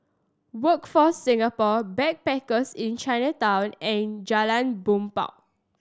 Workforce Singapore Backpackers Inn Chinatown and Jalan Bumbong